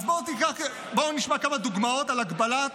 אז בואו נשמע כמה דוגמאות על ההגבלות